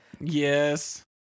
Yes